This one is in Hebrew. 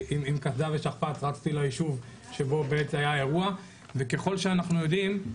עם קסדה ושכפ"ץ רצתי ליישוב שבו באמת היה האירוע וככל שאנחנו יודעים,